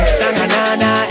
na-na-na-na